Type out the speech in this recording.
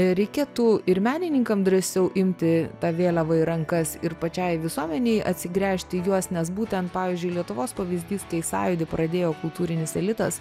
reikėtų ir menininkam drąsiau imti tą vėliavą į rankas ir pačiai visuomenei atsigręžt į juos nes būtent pavyzdžiui lietuvos pavyzdys kai sąjūdį pradėjo kultūrinis elitas